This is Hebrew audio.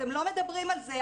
אתם לא מדברים על זה.